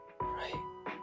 Right